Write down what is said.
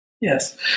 Yes